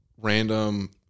random